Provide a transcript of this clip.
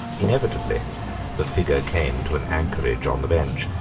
inevitably the figure came to an anchorage on the bench,